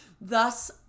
Thus